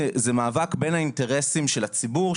זה מאבק בין האינטרסים של הציבור,